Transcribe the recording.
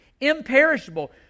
Imperishable